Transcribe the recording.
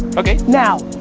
okay. now,